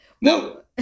No